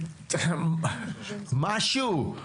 משהו.